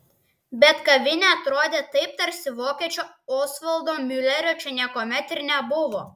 bet kavinė atrodė taip tarsi vokiečio osvaldo miulerio čia niekuomet ir nebuvo